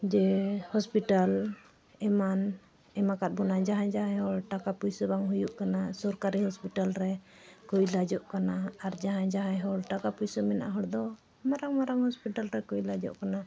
ᱡᱮ ᱦᱚᱥᱯᱤᱴᱟᱞ ᱮᱢᱟᱱ ᱮᱢᱠᱟᱫ ᱵᱚᱱᱟᱭ ᱡᱟᱦᱟᱸᱭ ᱡᱟᱦᱟᱸᱭ ᱦᱚᱲ ᱴᱟᱠᱟ ᱯᱚᱭᱥᱟ ᱵᱟᱝ ᱦᱩᱭᱩᱜ ᱠᱟᱱᱟ ᱥᱚᱨᱠᱟᱨᱤ ᱦᱚᱥᱯᱤᱴᱟᱞ ᱨᱮᱠᱚ ᱮᱞᱟᱡᱚᱜ ᱠᱟᱱᱟ ᱟᱨ ᱡᱟᱦᱟᱸᱭ ᱡᱟᱦᱟᱸᱭ ᱦᱚᱲ ᱴᱟᱠᱟ ᱯᱩᱭᱥᱟᱹ ᱢᱮᱱᱟᱜ ᱦᱚᱲ ᱫᱚ ᱢᱟᱨᱟᱝ ᱢᱟᱨᱟᱝ ᱦᱚᱸᱥᱯᱤᱴᱟᱞ ᱨᱮᱠᱚ ᱮᱞᱟᱡᱚᱜ ᱠᱟᱱᱟ